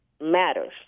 matters